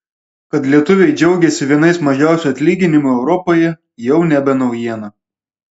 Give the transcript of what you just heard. kad lietuviai džiaugiasi vienais mažiausių atlyginimų europoje jau nebe naujiena